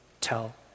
tell